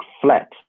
flat